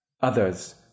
Others